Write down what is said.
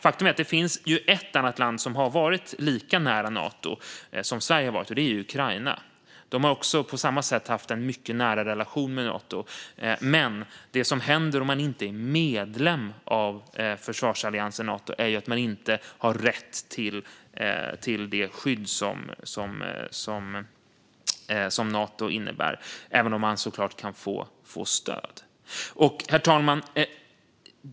Faktum är att det finns ett annat land som har varit lika nära Nato som Sverige, och det är Ukraina. De har på samma sätt haft en mycket nära relation med Nato. Men det som händer när man inte är medlem av försvarsalliansen Nato är att man inte har rätt till det skydd som Nato innebär, även om man såklart kan få stöd. Herr talman!